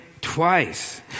twice